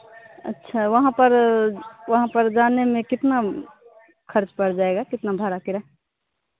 अच्छा वहाँ पर वहाँ पर जाने में कितना खर्च पड़ जाएगा कितना भाड़ा किराया